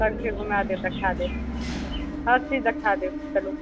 सब चीज घुमा देब देखा देब हर चीज देखा देब चलू